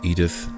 Edith